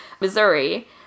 Missouri